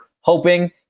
hoping